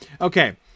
Okay